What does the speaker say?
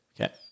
Okay